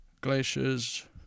glaciers